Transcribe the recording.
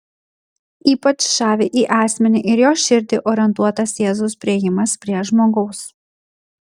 ypač žavi į asmenį ir jo širdį orientuotas jėzaus priėjimas prie žmogaus